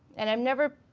and i've never,